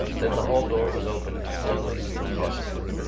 then the hall-door was opened slowly and cautiously.